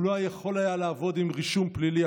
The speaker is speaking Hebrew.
הוא לא יכול היה לעבוד עם רישום פלילי,